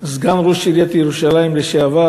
סגן ראש עיריית ירושלים לשעבר,